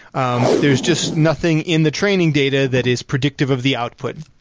um there's just nothing in the training data that is predictive of the output.